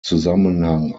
zusammenhang